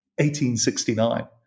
1869